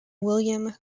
william